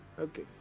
Okay